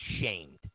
shamed